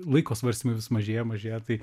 laiko svarstymui vis mažėja mažėja tai